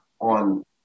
on